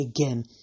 again